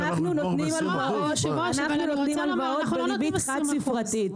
אנחנו נותנים הלוואות בריבית חד ספרתית.